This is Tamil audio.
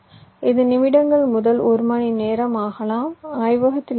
இது நிமிடங்கள் முதல் ஒரு மணிநேரம் வரை ஆகலாம் ஆய்வகத்தில் இருக்கலாம்